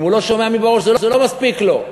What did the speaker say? אם הוא לא שומע מי בראש, זה לא מספיק לו.